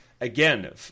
Again